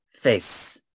face